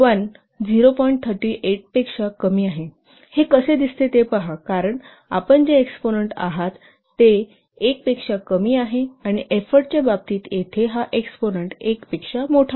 38 पेक्षा कमी आहे हे कसे दिसते ते पहा कारण जे एक्सपोनंन्ट आहेत ते 1 पेक्षा कमी आहे आणि एफोर्टच्या बाबतीत येथे हा एक्सपोनंन्ट 1 पेक्षा मोठा आहे